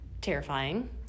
terrifying